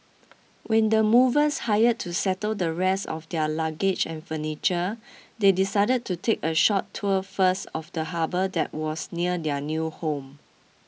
with the movers hired to settle the rest of their luggage and furniture they decided to take a short tour first of the harbour that was near their new home